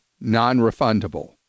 non-refundable